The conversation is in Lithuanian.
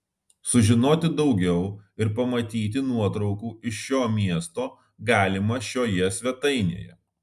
sužinoti daugiau ir pamatyti nuotraukų iš šio miesto galima šioje svetainėje